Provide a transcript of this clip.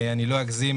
אני לא אגזים,